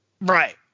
Right